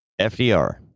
fdr